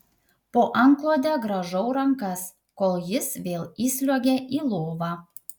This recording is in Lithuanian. po antklode grąžau rankas kol jis vėl įsliuogia į lovą